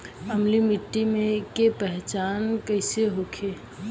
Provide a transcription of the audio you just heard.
अम्लीय मिट्टी के पहचान कइसे होखे?